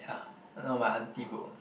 ya no my aunty book what